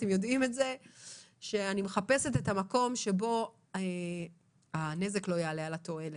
אתם יודעים שאני מחפשת את המקום שבו הנזק לא יעלה על התועלת,